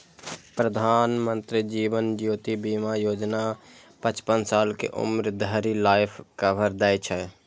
प्रधानमंत्री जीवन ज्योति बीमा योजना पचपन साल के उम्र धरि लाइफ कवर दै छै